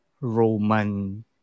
Roman